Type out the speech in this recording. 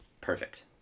perfect